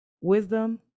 wisdom